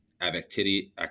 activity